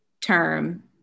term